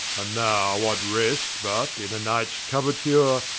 and now, what rests? but in nights couerture,